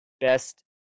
best